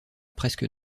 presque